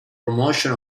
promotion